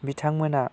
बिथांमोना